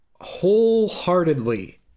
wholeheartedly